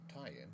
tie-in